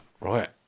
Right